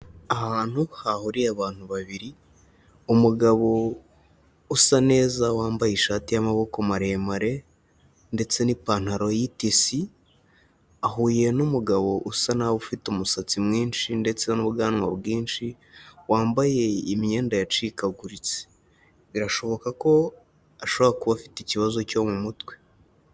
Ahantu hahuriye abantu babiri, umugabo usa neza, wambaye ishati y'amaboko maremare ndetse n'ipantaro y'itisi, ahuye n'umugabo usa n'aho ufite umusatsi mwinshi ndetse n'ubwanwa bwinshi, wambaye imyenda yacikaguritse. Birashoboka ko ashobora kuba afite ikibazo cyo mu mutwe.